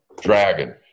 Dragon